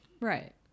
right